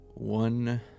one